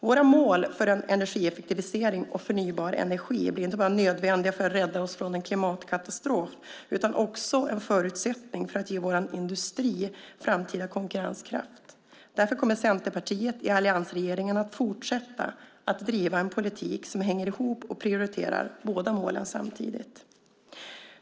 Våra mål för energieffektivisering och förnybar energi blir inte bara nödvändiga för att rädda oss från en klimatkatastrof. De är också en förutsättning för att ge vår industri framtida konkurrenskraft. Därför kommer Centerpartiet i alliansregeringen att fortsätta att driva en politik som hänger ihop och prioriterar båda målen samtidigt.